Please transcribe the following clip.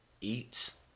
Eats